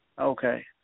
Okay